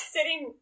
Sitting